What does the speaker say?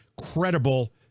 credible